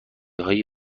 های